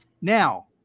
now